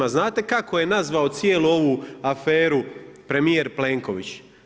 Znate kako je nazvao cijelu ovu aferu premijer Plenković?